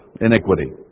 iniquity